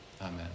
Amen